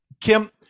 kim